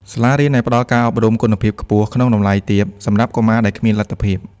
សាលារៀនដែលផ្តល់ការអប់រំគុណភាពខ្ពស់ក្នុងតម្លៃទាបសម្រាប់កុមារដែលគ្មានលទ្ធភាព។